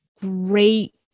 Great